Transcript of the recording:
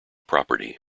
property